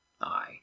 Aye